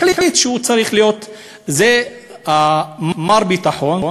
החליט שהוא צריך להיות מר ביטחון,